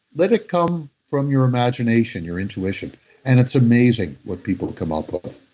let it come from your imagination, your intuition and it's amazing what people come up with.